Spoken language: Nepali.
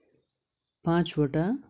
पाँचवटा